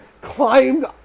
climbed